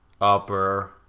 upper